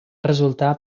resultar